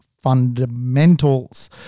fundamentals